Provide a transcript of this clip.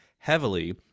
heavily